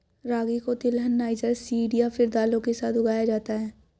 रागी को तिलहन, niger seed या फिर दालों के साथ उगाया जाता है